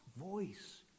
voice